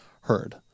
heard